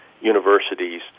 universities